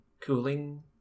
cooling